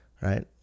right